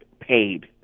paid